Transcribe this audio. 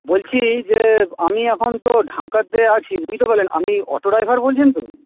বলছি যে আমি এখন তো ঢাকাতে আছি বুঝতে পারলেন আপনি অটো ড্রাইভার বলছেন তো